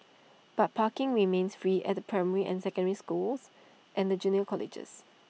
but parking remains free at the primary and secondary schools and the junior colleges